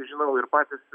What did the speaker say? žinau ir patys